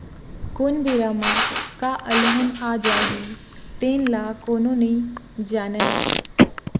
कोन बेरा म का अलहन आ जाही तेन ल कोनो नइ जानय